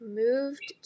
moved